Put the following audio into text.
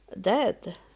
dead